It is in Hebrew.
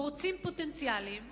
פורצים פוטנציאליים אומרים: